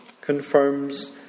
Confirms